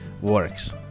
works